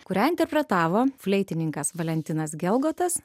kurią interpretavo fleitininkas valentinas gelgotas